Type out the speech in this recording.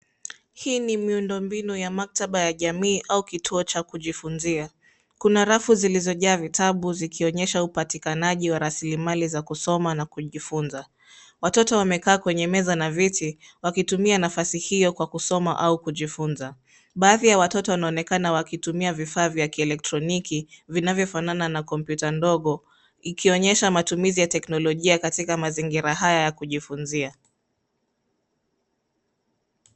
Hii ni miundombinu ya maktaba ya jamii au kituo cha kujifunzia. Kuna rafu zilozojaa vitabu zikionyesha upatikanaji wa rasilimali za kusoma na kujifunza. Watoto wamekaa kwenye meza na viti, wakitumia nafasi hiyo kwa kusoma au kujifunza. Baadhi ya watoto wanaonekana wakitumia vifaa vya kielektroniki vinavyofanana na kompyuta ndogo ikionyesha matumizi ya teknolojia katika mazingira haya ya kujifunzia.